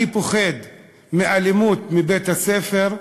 אני פוחד מאלימות בבית-הספר,